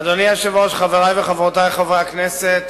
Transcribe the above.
אדוני היושב-ראש, חברי וחברותי חברי הכנסת,